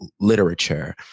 literature